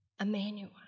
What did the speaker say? Emmanuel